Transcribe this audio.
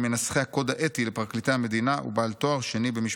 ממנסחי הקוד האתי לפרקליטי המדינה ובעל תואר שני במשפטים.